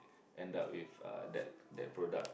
end up with uh that that product